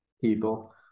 people